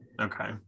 Okay